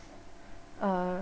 uh